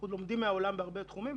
אנחנו לומדים מהעולם בהרבה תחומים,